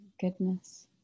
goodness